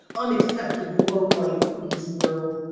unaccepted low life from this world.